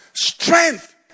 Strength